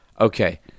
Okay